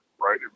right